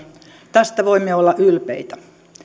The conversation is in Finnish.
tästä voimme olla ylpeitä